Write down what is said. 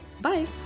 bye